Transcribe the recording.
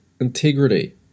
integrity